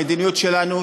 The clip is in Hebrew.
המדיניות שלנו,